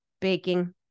baking